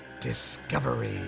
Discovery